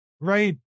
right